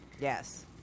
Yes